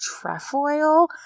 trefoil